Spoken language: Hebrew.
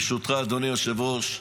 ברשותך, אדוני היושב-ראש,